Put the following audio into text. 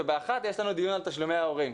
וב-13:00 יש לנו דיון על תשלומי ההורים.